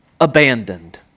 abandoned